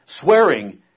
Swearing